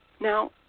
Now